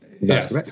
Yes